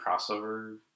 crossover